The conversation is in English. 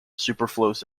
superfluous